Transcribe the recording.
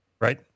right